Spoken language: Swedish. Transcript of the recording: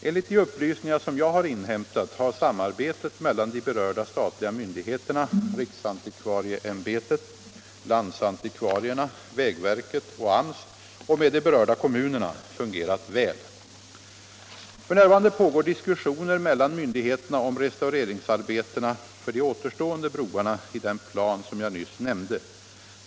Enligt de upplysningar som jag har inhämtat har samarbetet mellan de berörda statliga myndigheterna, riksantikvarieämbetet, landsantikva stenvalvsbroar som kulturminnesmärken rierna, vägverket och AMS och med de berörda kommunerna fungerat väl. F. n. pågår diskussioner mellan myndigheterna om restaureringsarbetena för de återstående broarna i den plan som jag nyss nämnde.